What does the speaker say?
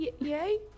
yay